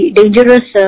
dangerous